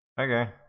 Okay